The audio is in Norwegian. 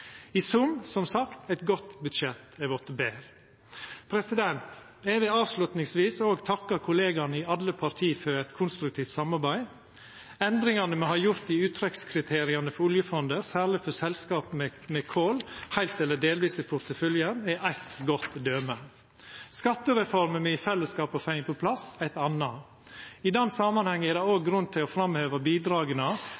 I sum, som sagt, har eit godt budsjett vorte betre. Eg vil avslutningsvis òg takka kollegaene i alle parti for eit konstruktivt samarbeid. Endringane me har gjort i uttrekkskriteria for Oljefondet, særleg for selskap med kol heilt eller delvis i porteføljen, er eitt godt døme. Skattereforma me i fellesskap har fått på plass, er eit anna. I den samanhengen er det òg grunn til å framheva bidraga og